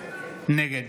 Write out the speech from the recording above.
נגד